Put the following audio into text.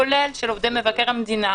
כולל של עובדי מבקר המדינה.